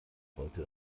heute